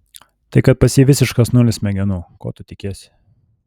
tai kad pas jį visiškas nulis smegenų ko tu tikiesi